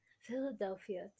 philadelphia